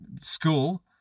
school